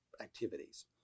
activities